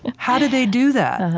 how do they do that?